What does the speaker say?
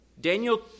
Daniel